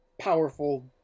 powerful